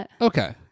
Okay